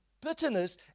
bitterness